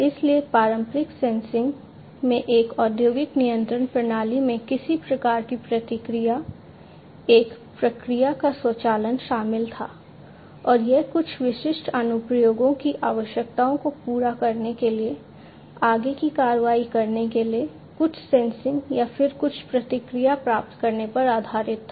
इसलिए पारंपरिक सेंसिंग या फिर कुछ प्रतिक्रिया प्राप्त करने पर आधारित था